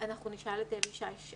אנחנו נשאל את אלי שיש.